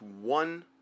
one